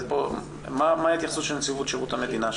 מה ההתייחסות של שירות המדינה שם?